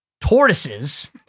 tortoises